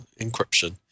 encryption